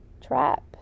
trap